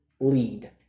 lead